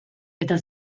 eta